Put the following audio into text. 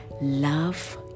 Love